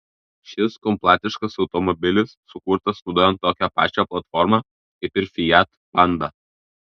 šis kompaktiškas automobilis sukurtas naudojant tokią pačią platformą kaip ir fiat panda